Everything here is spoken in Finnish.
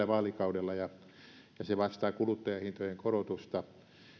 vaalikaudella ja se vastaa kuluttajahintojen korotusta